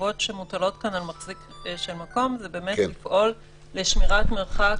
החובות שמוטלות על מחזיק של מקום לפעול לשמירת מרחק